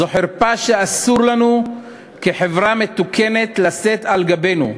זו חרפה שאסור לנו כחברה מתוקנת לשאת על גבנו.